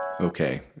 Okay